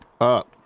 up